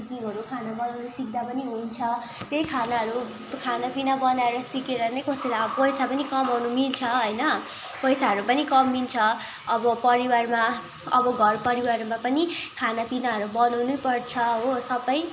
कुकिङहरू खाना बनाउनु सिक्दा पनि हुन्छ त्यही खानाहरू खानापिना बनाएर सिकेर नै कसैलाई पैसा पनि कमाउनु मिल्छ होइन पैसाहरू पनि कमिन्छ अब परिवारमा अब घरपरिवारमा पनि खानापिनाहरू बनाउनुपर्छ हो सबै